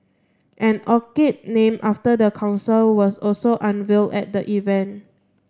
an orchid named after the council was also unveil at the event